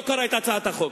לא קרא את הצעת החוק,